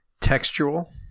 Textual